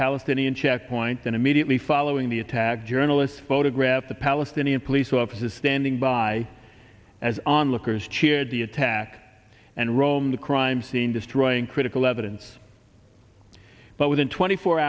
palestinian checkpoint and immediately following the attack journalists photographed the palestinian police officers standing by as onlookers cheered the attack and roam the crime scene destroying critical evidence but within twenty four